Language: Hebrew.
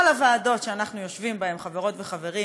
כל הוועדות שאנחנו יושבים בהן, חברות וחברים,